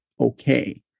okay